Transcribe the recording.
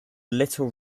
little